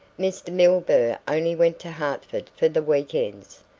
mr. milburgh only went to hertford for the weekends,